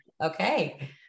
okay